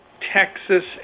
Texas